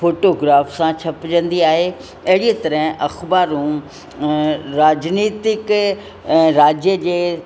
photograph सां छपजंदी आहे अहिड़ीअ तरह अख़बारूं राॼनीतिक राज्य जे